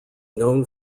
known